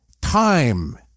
time